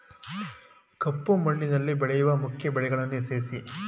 ಕಪ್ಪು ಮಣ್ಣಿನಲ್ಲಿ ಬೆಳೆಯುವ ಮುಖ್ಯ ಬೆಳೆಗಳನ್ನು ಹೆಸರಿಸಿ